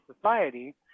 society